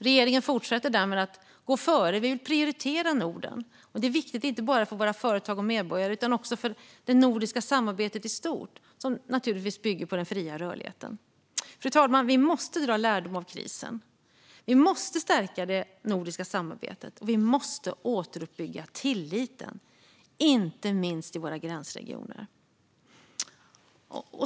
Regeringen fortsätter därmed att gå före, och vi vill prioritera Norden. Det är viktigt inte bara för våra företag och medborgare utan också för det nordiska samarbetet i stort, som naturligtvis bygger på den fria rörligheten. Fru talman! Vi måste dra lärdom av krisen. Vi måste stärka det nordiska samarbetet, och vi måste återuppbygga tilliten, inte minst i våra gränsregioner.